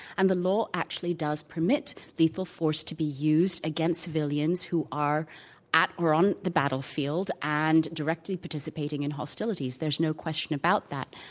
and the law actually does permit lethal force to be used against civilians who are at or on the battlefield and directly participating in hostilities. there's no question about that.